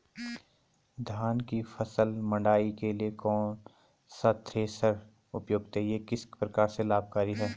धान की फसल मड़ाई के लिए कौन सा थ्रेशर उपयुक्त है यह किस प्रकार से लाभकारी है?